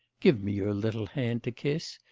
give me your little hand to kiss.